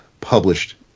published